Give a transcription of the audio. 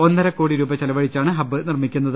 ഒന്നര കോടി രൂപ ചെലവഴിച്ചാണ് ഹബ് നിർമ്മി ക്കുന്നത്